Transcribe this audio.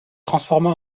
transforma